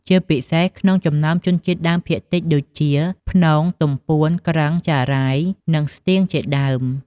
ជាពិសេសក្នុងចំណោមជនជាតិដើមភាគតិចដូចជា ព្នង ទំពួន គ្រឹង ចារ៉ាយ និងស្ទៀង ជាដើម។